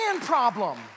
problem